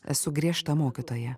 esu griežta mokytoja